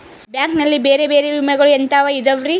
Bank ನಲ್ಲಿ ಬೇರೆ ಬೇರೆ ವಿಮೆಗಳು ಎಂತವ್ ಇದವ್ರಿ?